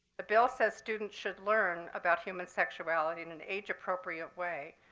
the bill says students should learn about human sexuality in an age appropriate way,